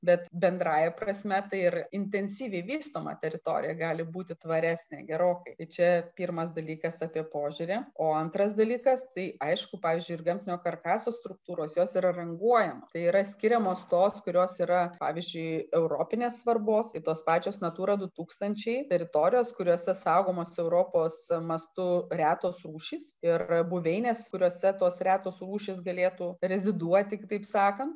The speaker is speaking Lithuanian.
bet bendrąja prasme tai ir intensyviai vystoma teritorija gali būti tvaresnė gerokai čia pirmas dalykas apie požiūrį o antras dalykas tai aišku pavyzdžiui ir gamtinio karkaso struktūros jos yra ranguojamos tai yra skiriamos tos kurios yra pavyzdžiui europinės svarbos į tos pačios natūra du tūkstančiai teritorijos kuriose saugomos europos mastu retos rūšys ir buveinės kuriose tos retos rūšys galėtų reziduoti kitaip sakant